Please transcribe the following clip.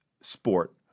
sport